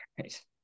right